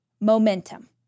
momentum